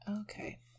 Okay